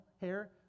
hair